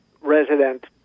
resident